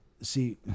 see